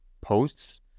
posts